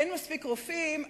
אין מספיק רופאים,